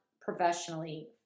professionally